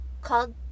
called